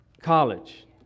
college